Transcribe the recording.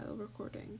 recording